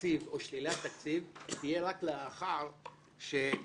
תקציב או שלילת תקציב תהיה רק לאחר שהשר,